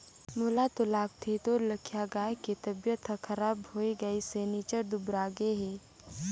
मोला तो लगथे तोर लखिया गाय के तबियत हर खराब होये गइसे निच्च्ट दुबरागे हे